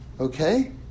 Okay